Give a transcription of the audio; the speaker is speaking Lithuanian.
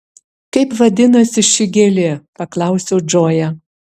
kaip vadinasi ši gėlė paklausiau džoją